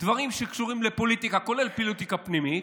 דברים שקשורים לפוליטיקה, כולל פוליטיקה פנימית,